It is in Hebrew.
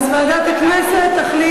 ועדת חוץ וביטחון?